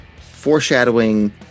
foreshadowing